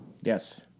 Yes